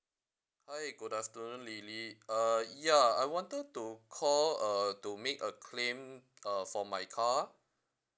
hi good afternoon lily uh ya I wanted to call uh to make a claim uh for my car